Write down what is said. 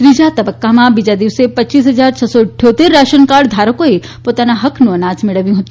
ત્રીજા તબક્કામાં બીજા દિવસે પચ્ચીસ હજાર છસો અઠ્યોત્તેર રાશનકાર્ડ ધારકોએ પોતાના હક્કનું અનાજ મેળવ્યું છે